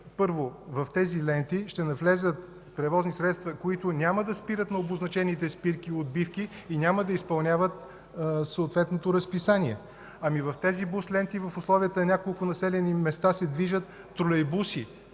първо, в тези ленти ще навлязат превозни средства, които няма да спират на обозначените спирки и отбивки и няма да изпълняват съответното разписание. Ами в тези бус ленти в условията на няколко населени места се движат тролейбуси.